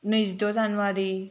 नैजिद' जानुवारि